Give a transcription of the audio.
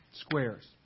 squares